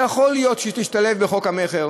ויכול להיות שהיא תשתלב בחוק המכר,